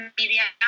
media